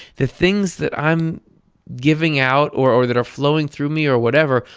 the things that i'm giving out, or or that are flowing through me or whatever,